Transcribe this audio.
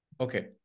Okay